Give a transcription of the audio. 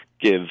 give